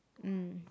mm